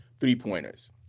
three-pointers